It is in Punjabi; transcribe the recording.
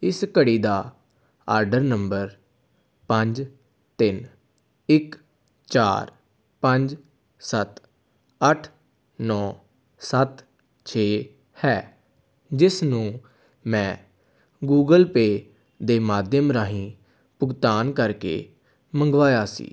ਇਸ ਘੜੀ ਦਾ ਆਡਰ ਨੰਬਰ ਪੰਜ ਤਿੰਨ ਇੱਕ ਚਾਰ ਪੰਜ ਸੱਤ ਅੱਠ ਨੌ ਸੱਤ ਛੇ ਹੈ ਜਿਸ ਨੂੰ ਮੈਂ ਗੂਗਲ ਪੇਅ ਦੇ ਮਾਧਿਅਮ ਰਾਹੀਂ ਭੁਗਤਾਨ ਕਰਕੇ ਮੰਗਵਾਇਆ ਸੀ